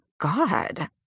God